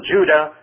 Judah